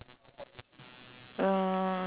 um